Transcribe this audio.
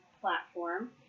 platform